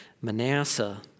Manasseh